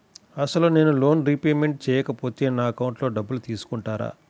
అసలు నేనూ loan repayment చేయకపోతే నా అకౌంట్లో డబ్బులు తీసుకుంటారా?